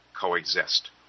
coexist